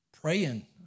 Praying